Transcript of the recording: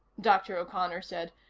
dr. o'connor said,